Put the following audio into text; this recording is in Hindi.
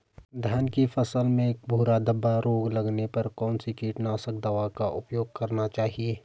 धान की फसल में भूरा धब्बा रोग लगने पर कौन सी कीटनाशक दवा का उपयोग करना चाहिए?